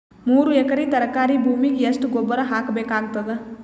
ಮೂರು ಎಕರಿ ತರಕಾರಿ ಭೂಮಿಗ ಎಷ್ಟ ಗೊಬ್ಬರ ಹಾಕ್ ಬೇಕಾಗತದ?